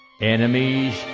Enemies